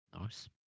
nice